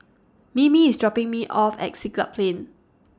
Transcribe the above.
Mimi IS dropping Me off At Siglap Plain